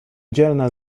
dzielna